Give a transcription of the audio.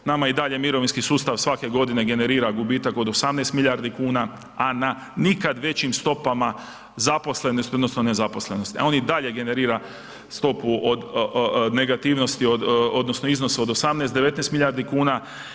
Nama i dalje mirovinski sustav svake godine generira gubitak od 18 milijardi kuna a na nikad većim stopama zaposlenosti odnosno nezaposlenosti a on i dalje generira stopu negativnosti, odnosno iznosa od 18, 19 milijardi kuna.